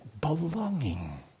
belonging